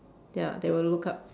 ya that will look up